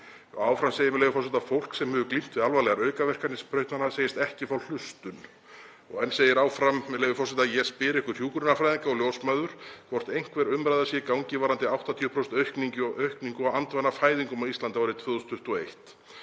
Áfram segir, með leyfi forseta: „Fólk sem hefur glímt við alvarlegar aukaverkanir sprautnanna segist ekki fá hlustun …“ og enn segir áfram, með leyfi forseta: „Ég spyr ykkur hjúkrunarfræðinga og ljósmæður hvort einhver umræða sé í gangi varðandi 80% aukningu á andvana fæðingum á Íslandi árið 2021